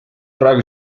praegu